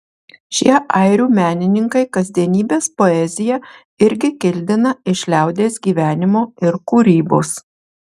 šie airių menininkai kasdienybės poeziją irgi kildina iš liaudies gyvenimo ir kūrybos